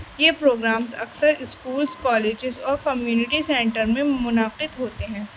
یہ پروگرامز اکثر schools colleges اور کمیونٹی سنٹر میں منعقد ہوتے ہیں